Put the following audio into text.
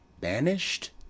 banished